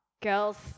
girls